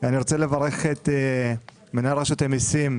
אני רוצה לברך את מנהל רשות המיסים,